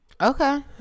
okay